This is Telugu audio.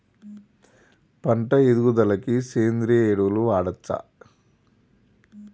పంట ఎదుగుదలకి సేంద్రీయ ఎరువులు వాడచ్చా?